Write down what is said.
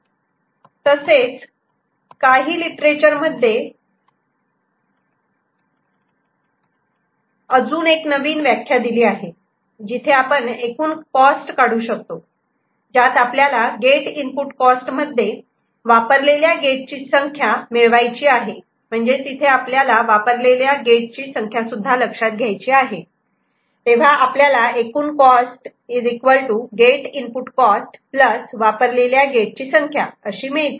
D E तसेच काही literature मध्ये अजून एक नवीन व्याख्या दिली आहे जिथे आपण एकूण कॉस्ट काढू शकतो ज्यात आपल्याला गेट इनपुट कॉस्ट मध्ये वापरलेल्या गेटची संख्या मिळवायची आहे म्हणजेच इथे आपल्याला वापरलेल्या गेटची संख्यासुद्धा लक्षात घ्यायची आहे आणि तेव्हा आपल्याला एकूण कॉस्ट गेट इनपुट कॉस्ट वापरलेल्या गेटची संख्या अशी मिळते